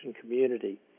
community